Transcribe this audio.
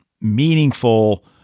meaningful